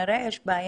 כנראה שיש בעיה.